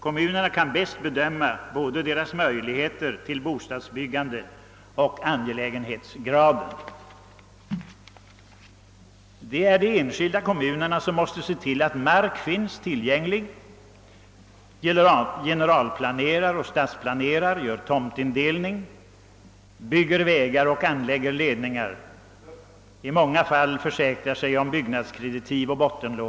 Kommunerna kan själva bäst bedöma både sina möjligheter till bostadsbyggande och behovet av bostäder. Det är de enskilda kommunerna som måste se till att mark finns tillgänglig, det är kommunerna som skall generalplanera, stadsplanera, göra tomtindelning, bygga vägar och anlägga ledningar samt i många fall försäkra sig om byggnadskreditiv och <bottenlån.